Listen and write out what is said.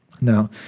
Now